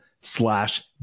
slash